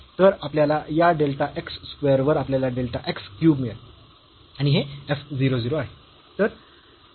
तर आपल्याला या डेल्टा x स्क्वेअर वर आपल्याला डेल्टा x क्यूब मिळेल आणि हे f 0 0 आहे